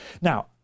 Now